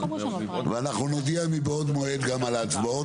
ואנחנו נודיע מבעוד מועד גם על ההצבעות,